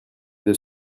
deux